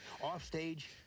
Offstage